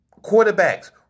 quarterbacks